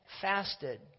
fasted